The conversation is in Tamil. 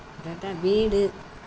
வீடு